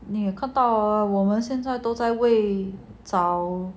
你也看到 ah 我们现在都在为找